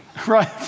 Right